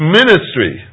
ministry